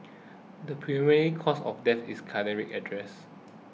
the preliminary cause of death is cardiac arrest